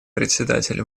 председатель